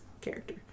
character